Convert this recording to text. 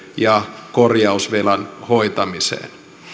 ja korjausvelan hoitamiseen